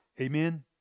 Amen